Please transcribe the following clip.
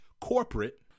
corporate